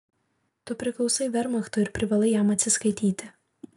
tu priklausai vermachtui ir privalai jam atsiskaityti